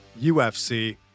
ufc